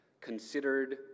considered